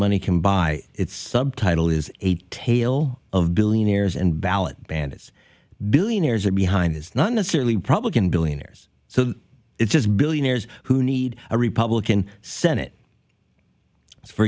money can buy it's subtitle is a tale of billionaires and ballot bandits billionaires are behind is not necessarily problem in billionaires so it's billionaires who need a republican senate for